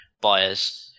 buyers